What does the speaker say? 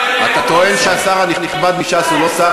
אתה טוען שהשר הנכבד מש"ס הוא לא שר,